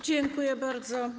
Dziękuję bardzo.